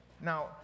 Now